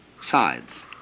sides